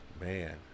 Man